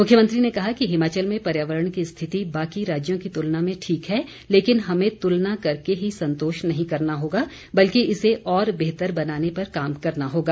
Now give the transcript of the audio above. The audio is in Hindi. उन्होंने कहा कि हिमाचल में पर्यावरण की स्थिति बाकी राज्यों की तुलना में ठीक है लेकिन हमें तुलना करके ही संतोष नहीं करना होगा बल्कि इसे और बेहतर बनाने पर काम करना होगा